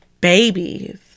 babies